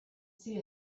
see